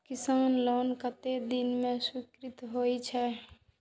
किसान लोन कतेक दिन में स्वीकृत होई छै?